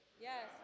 Yes